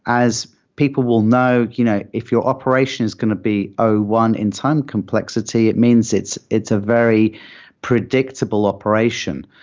as people will know, you know if your operation is going to be o one in time complexity, it means it's it's a very predictable operation.